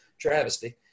travesty